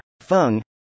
Fung